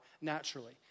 Naturally